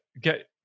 get